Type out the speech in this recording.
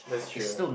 that's true